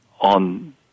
on